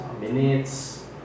minutes